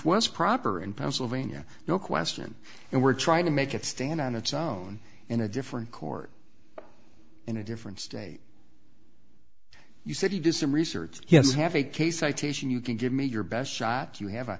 was proper in pennsylvania no question and we're trying to make it stand on its own in a different court in a different state you said he does some research yes have a case citation you can give me your best shot you have a